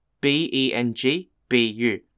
B-E-N-G-B-U